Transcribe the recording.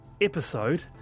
Episode